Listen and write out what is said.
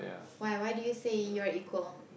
why why do you say you're equal